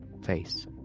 face